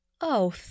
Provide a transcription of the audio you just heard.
Oh